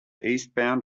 eastbound